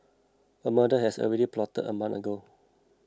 a murder has already plotted a month ago